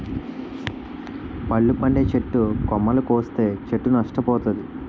పళ్ళు పండే చెట్టు కొమ్మలు కోస్తే చెట్టు నష్ట పోతాది